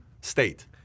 state